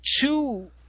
two